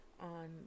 on